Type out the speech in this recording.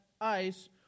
ice